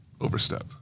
overstep